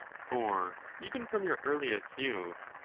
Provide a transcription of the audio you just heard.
for even from your earliest youth,